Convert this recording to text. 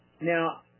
Now